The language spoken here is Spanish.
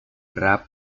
rap